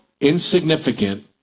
insignificant